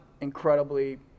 incredibly